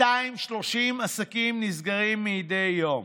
230 עסקים נסגרים מדי יום.